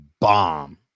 Bomb